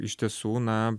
iš tiesų na